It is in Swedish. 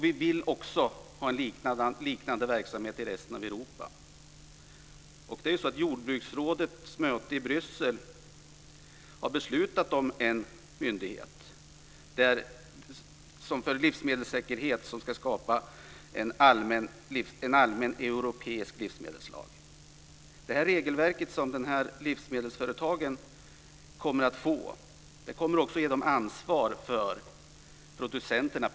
Vi vill också ha en liknande verksamhet i resen av Europa. Jordbruksrådets möte i Bryssel har beslutat om en myndighet för livsmedelssäkerhet som ska skapa en allmän europeisk livsmedelslag. Det regelverk som livsmedelsföretagen kommer att få kommer också att ge dem ansvar för producenterna.